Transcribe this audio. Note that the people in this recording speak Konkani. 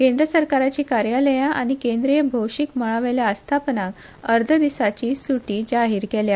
केंद्र सरकाराची कार्यालयां आनी केंद्रीय भौशीक मळा वेल्या आस्थापनांक अर्द्या दिसाची सुटी जाहीर केल्या